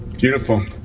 Beautiful